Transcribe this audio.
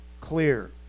clear